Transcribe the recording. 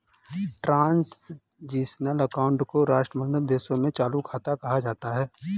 transitional account को राष्ट्रमंडल देशों में चालू खाता कहा जाता है